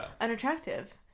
unattractive